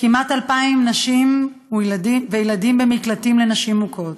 כמעט 2,000 נשים וילדים במקלטים לנשים מוכות,